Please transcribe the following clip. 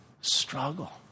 struggle